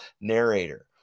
narrator